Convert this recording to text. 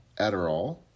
Adderall